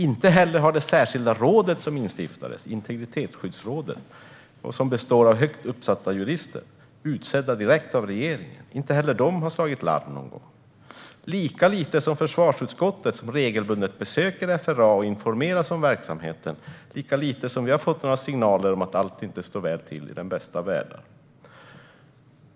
Inte heller har det särskilda råd, Integritetsskyddsrådet, som instiftades och som består av högt uppsatta jurister utsedda direkt av regeringen slagit larm någon gång. Lika lite har försvarsutskottet, som regelbundet besöker FRA och informeras om verksamheten, fått några signaler om att allt inte står rätt till i den bästa av världar.